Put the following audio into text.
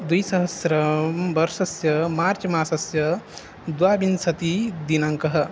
द्विसहस्रतमवर्षस्य मार्च्मासस्य द्वाविंशतिः दिनाङ्कः